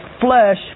flesh